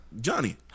Johnny